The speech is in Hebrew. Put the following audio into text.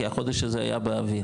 כי החודש הזה היה באוויר.